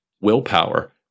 willpower